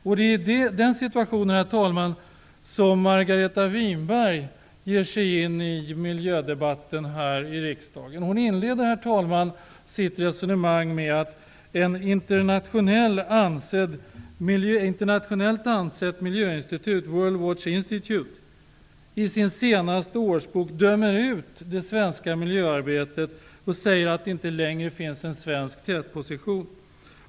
Det är detta resonemang, herr talman, som Margareta Winberg ger sig in på här i riksdagens miljödebatt. Hon inleder det med att säga att ett internationellt ansett miljöinstitut, World Watch Institute, i sin senaste årsbok dömer ut det svenska miljöarbetet och säger att det inte längre finns en svensk tätposition.